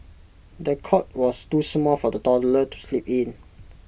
the cot was too small for the toddler to sleep in